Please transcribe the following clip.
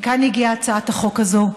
מכאן הגיעה הצעת החוק הזאת,